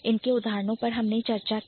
इनके उदाहरणों पर भी हमने चर्चा की